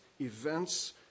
events